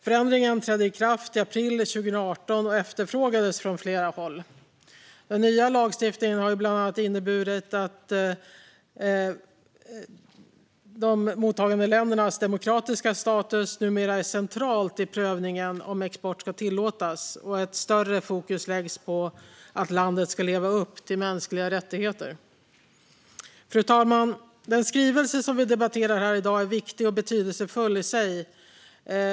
Förändringen trädde i kraft i april 2018 och efterfrågades från flera håll. Den nya lagstiftningen har bland annat inneburit att mottagarländernas demokratiska status numera är central i prövningen av om export ska tillåtas, och ett större fokus läggs på att landet ska leva upp till mänskliga rättigheter. Fru talman! Den skrivelse som vi debatterar här i dag är viktig och betydelsefull i sig.